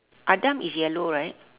Adam is yellow right